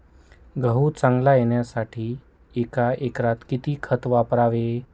गहू चांगला येण्यासाठी एका एकरात किती खत वापरावे?